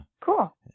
cool